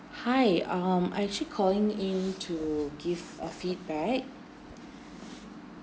hi um I'm actually calling in to give a feedback